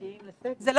בוחרים.